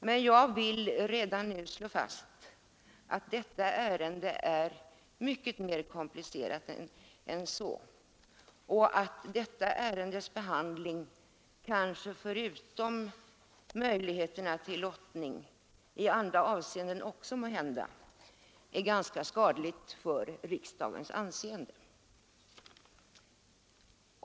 Men jag vill redan nu slå fast att detta ärende är mycket mer komplicerat än så och att detta ärendes behandling också i andra avseenden än möjligheterna till lottning måhända är skadlig för riksdagens anseende.